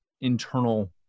internal